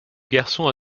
garçon